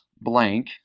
blank